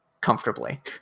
comfortably